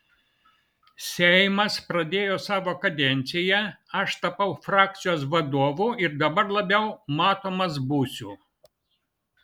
seimas pradėjo savo kadenciją aš tapau frakcijos vadovu ir dabar labiau matomas būsiu